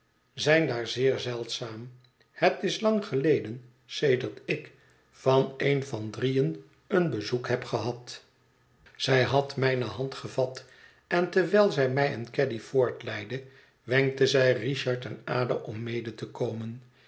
zijn daar zeer zeldzaam het is lang geleden sedert ik van een van drieën een bezoek heb gehad zij had mijne hand gevat en terwijl zij mij en caddy voortleidde wenkte zij richard en ada om mede te komen